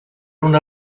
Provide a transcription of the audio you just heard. una